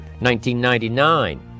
1999